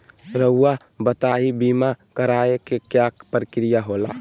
रहुआ बताइं बीमा कराए के क्या प्रक्रिया होला?